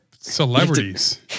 celebrities